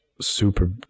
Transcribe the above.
super